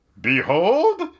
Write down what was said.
Behold